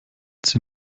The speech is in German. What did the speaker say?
sie